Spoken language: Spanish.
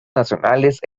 nacionales